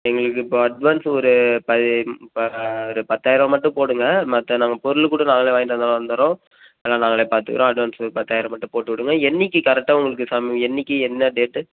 எங்களுக்கு இப்போ அட்வான்ஸ் ஒரு பதி ப ஒரு பத்தாயிர் ரூபா மட்டும் போடுங்கள் மற்றது நாங்கள் பொருள் கூட நாங்களே வாங்கிட்டு வந்து வந்தட்றோம் அதெல்லாம் நாங்களே பார்த்துக்குறோம் அட்வான்ஸ் ஒரு பத்தாயிரம் மட்டும் போட்டு விடுங்க என்றைக்கி கரெக்டாக உங்களுக்கு சம் என்றைக்கி என்ன டேட்டு